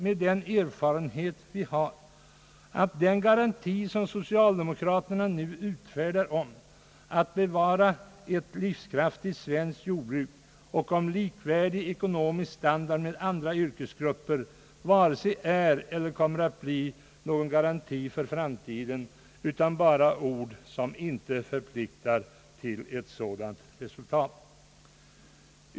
Med den erfarenhet vi har kan befaras, att den garanti socialdemokraterna nu utfärdar om att bevara ett livskraftigt svenskt jordbruk och en likvärdig ekonomisk standard med andra yrkesgrupper, varken är eller kommer att bli någon garanti för framtiden, utan bara ord som inte förpliktar till ett sådant resultat.